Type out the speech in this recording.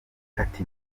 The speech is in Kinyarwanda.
ati